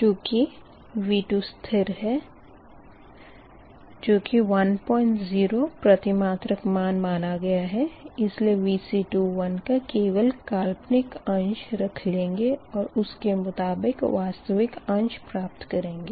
चूँकि V2 को स्थिर 10 प्रतिमात्रक माना गया है इसीलिएVc21 का केवल काल्पनिक अंश रख लेंगे और उस के मुताबिक़ वास्तविक अंश प्राप्त करेंगे